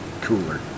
Cooler